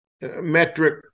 metric